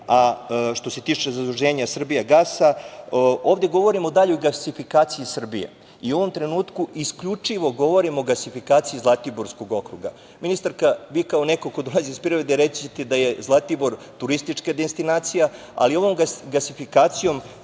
a što se tiče zaduženja preduzeća „Srbijagas“, ovde govorimo o daljoj gasifikaciji Srbije. U ovom trenutku isključivo govorimo o gasifikaciji Zlatiborskog okruga. Ministarka, vi kao nek ko dolazi iz privrede reći ćete da je Zlatibor turistička destinacija, ali ovom gasifikacijom